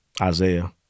Isaiah